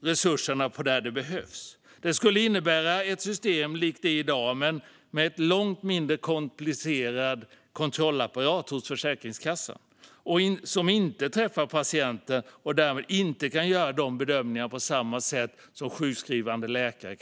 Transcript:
resurserna där de behövs. Detta skulle innebära ett system likt det som finns i dag, men med en långt mindre komplicerad kontrollapparat hos Försäkringskassan, som inte träffar patienten och därmed inte kan göra bedömningen på samma sätt som sjukskrivande läkare.